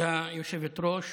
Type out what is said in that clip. כבוד היושבת-ראש,